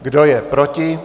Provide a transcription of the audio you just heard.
Kdo je proti?